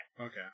Okay